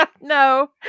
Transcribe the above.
no